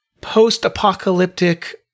post-apocalyptic